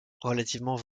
relativement